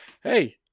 Hey